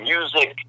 Music